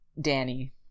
Danny